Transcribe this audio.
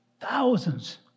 thousands